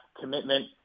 commitment